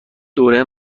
دوره